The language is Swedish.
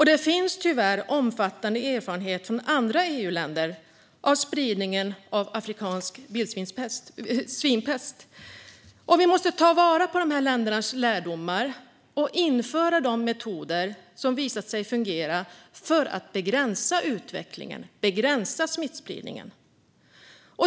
Det finns tyvärr omfattande erfarenhet från andra EU-länder av spridning av afrikansk svinpest. Vi måste ta vara på dessa länders lärdomar och införa de metoder som visat sig fungera för att begränsa utvecklingen och smittspridningen.